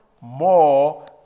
more